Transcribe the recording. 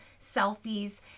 Selfies